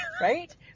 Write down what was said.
Right